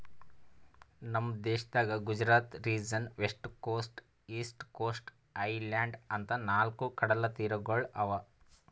ನಮ್ ದೇಶದಾಗ್ Gujarat region, west coast, east coast, island ಅಂತಾ ನಾಲ್ಕ್ ಕಡಲತೀರಗೊಳ್ ಅವಾ